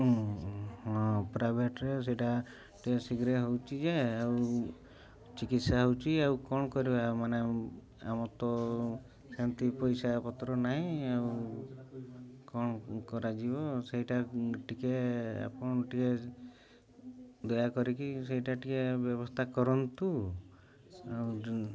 ହଁ ପ୍ରାଇଭେଟ୍ରେ ସେଇଟା ଟିକେ ଶୀଘ୍ର ହେଉଛି ଯେ ଆଉ ଚିକିତ୍ସା ହେଉଛି ଆଉ କ'ଣ କରିବା ମାନେ ଆମର ତ ସେମିତି ପଇସାପତ୍ର ନାହିଁ ଆଉ କ'ଣ କରାଯିବ ସେଇଟା ଟିକେ ଆପଣ ଟିକେ ଦୟାକରିକି ସେଇଟା ଟିକେ ବ୍ୟବସ୍ଥା କରନ୍ତୁ ଆଉ